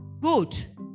good